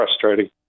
frustrating